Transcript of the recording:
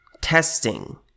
testing